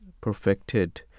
perfected